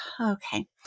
okay